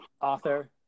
author